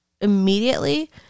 immediately